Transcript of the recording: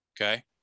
Okay